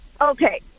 Okay